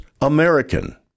American